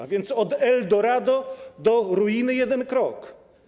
A więc od eldorado do ruiny jeden krok.